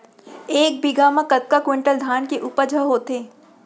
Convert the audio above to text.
एक बीघा म कतका क्विंटल धान के उपज ह होथे?